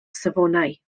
safonau